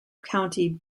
county